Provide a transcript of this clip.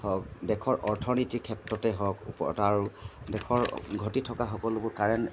হওক দেশৰ অৰ্থনীতিৰ ক্ষেত্ৰতে হওক ওপৰত আৰু দেশত ঘটি থকা সকলোবোৰ কাৰেণ্ট